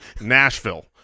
Nashville